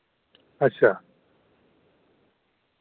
अच्छा